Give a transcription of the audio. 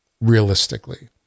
realistically